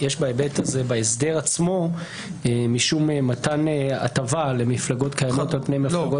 בהסדר עצמו יש משום מתן הטבה למפלגות קיימות על פני מפלגות חדשות.